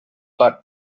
but